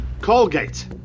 Colgate